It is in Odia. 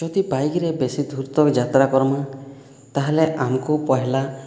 ଯଦି ବାଇକ୍ରେ ବେଶି ଦ୍ରୁତରେ ଯାତ୍ରା କରିବା ତାହେଲେ ଆମକୁ ପହିଲା